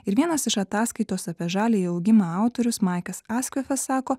ir vienas iš ataskaitos apie žaliąjį augimą autorius maikas askvifas sako